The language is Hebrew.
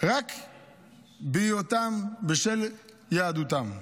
רק בשל יהדותם.